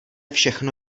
všechno